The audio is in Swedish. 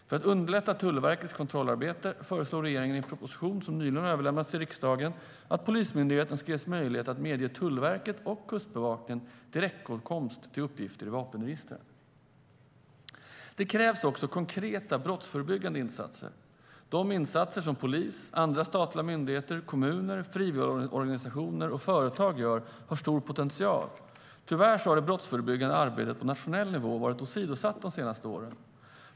För att underlätta Tullverkets kontrollarbete föreslår regeringen i en proposition som nyligen har överlämnats till riksdagen att Polismyndigheten ska ges möjlighet att medge Tullverket och Kustbevakningen direktåtkomst till uppgifter i vapenregistren. Det krävs också konkreta brottsförebyggande insatser. De insatser som polis, andra statliga myndigheter, kommuner, frivilligorganisationer och företag gör har stor potential. Tyvärr har det brottsförebyggande arbetet på nationell nivå varit åsidosatt de senaste åren.